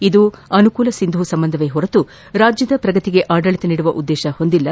ಇದು ಅನುಕೂಲ ಸಿಂಧೂ ಸಂಬಂಧವೇ ಹೊರತು ರಾಜ್ಯದ ಪ್ರಗತಿಗೆ ಆಡಳಿತ ನೀಡುವ ಉದ್ದೇಶ ಹೊಂದಿಲ್ಲ